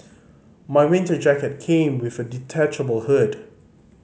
my winter jacket came with a detachable hood